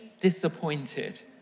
disappointed